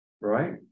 right